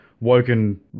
woken